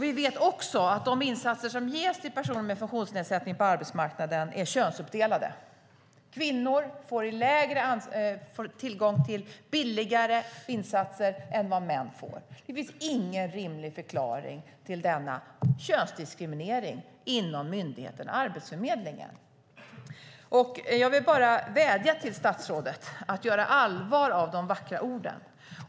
Vi vet också att de insatser som görs för personer med funktionsnedsättning på arbetsmarknaden är könsuppdelade. Kvinnor får tillgång till billigare insatser än vad män får. Det finns ingen rimlig förklaring till denna könsdiskriminering inom myndigheten Arbetsförmedlingen. Jag vill bara vädja till statsrådet att göra allvar av de vackra orden.